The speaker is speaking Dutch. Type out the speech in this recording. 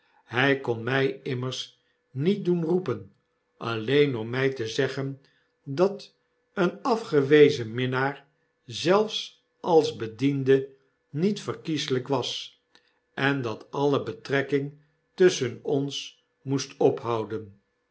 hy kon my immers niet doen roepen alleen om mij te zeggen dat een afgewezen minnaar zelfs als bediende niet verkieslyk was en dat allebetrekkingtusschenonsmoest ophonden